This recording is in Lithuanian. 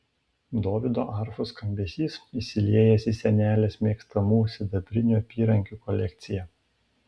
dovydo arfų skambesys įsiliejęs į senelės mėgstamų sidabrinių apyrankių kolekciją